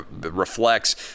reflects